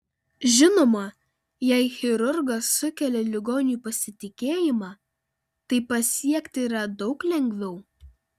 žinoma jei chirurgas sukelia ligoniui pasitikėjimą tai pasiekti yra daug lengviau